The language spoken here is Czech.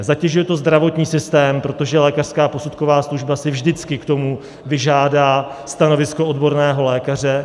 Zatěžuje to zdravotní systém, protože lékařská posudková služba si vždycky k tomu vyžádá stanovisko odborného lékaře.